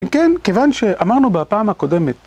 אם כן, כיוון שאמרנו בפעם הקודמת.